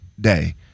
day